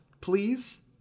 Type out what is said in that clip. please